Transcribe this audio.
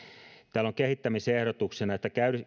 täällä on kehittämisehdotuksena